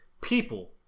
people